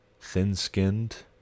thin-skinned